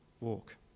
walk